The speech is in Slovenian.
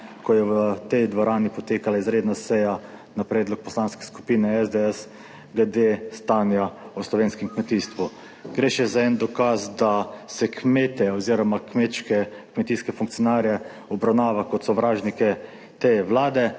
ko je v tej dvorani potekala izredna seja na predlog Poslanske skupine SDS glede stanja v slovenskem kmetijstvu. Gre še za en dokaz, da se kmete oziroma kmečke, kmetijske funkcionarje obravnava kot sovražnike te vlade.